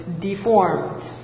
deformed